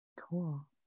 Cool